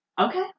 Okay